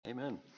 Amen